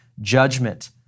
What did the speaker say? judgment